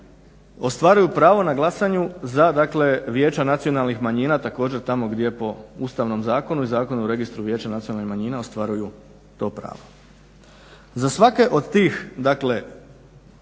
ostvaruju pravo na glasanju za dakle, Vijeća nacionalnih manjina, također tamo gdje po Ustavnom zakonu i Zakonu o registru vijeća nacionalnih manjina ostvaruju to pravo. Za svake od tih, dakle